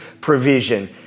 provision